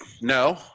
no